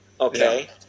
Okay